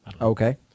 Okay